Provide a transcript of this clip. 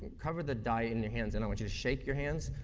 cover the die in your hands, and i want you to shake your hands,